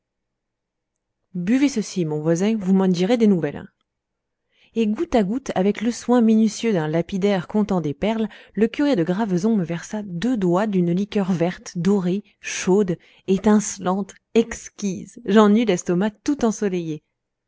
buvez ceci mon voisin vous m'en direz des nouvelles et goutte à goutte avec le soin minutieux d'un lapidaire comptant des perles le curé de graveson me versa deux doigts d'une liqueur verte dorée chaude étincelante exquise j'en eus l'estomac tout ensoleillé